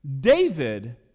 David